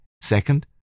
Second